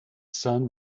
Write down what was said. sun